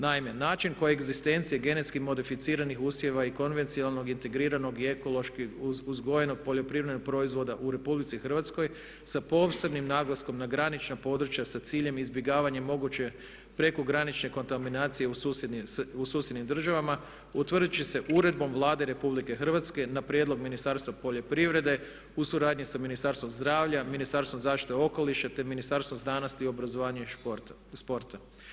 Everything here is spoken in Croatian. Naime, način koegzistencije genetski modificiranih usjeva i konvencionalnog, integriranog i ekološki uzgojenog poljoprivrednog proizvoda u RH sa posebnim naglaskom na granična područja sa ciljem izbjegavanje moguće prekogranične kontaminacije u susjednim državama utvrdit će se uredbom Vlade RH na prijedlog Ministarstva poljoprivrede u suradnji sa Ministarstvom zdravlja, Ministarstvom zaštite okoliša te Ministarstvom znanosti, obrazovanja i sporta.